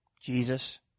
Jesus